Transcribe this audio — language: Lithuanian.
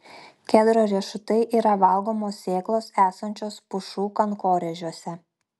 kedro riešutai yra valgomos sėklos esančios pušų kankorėžiuose